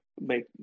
make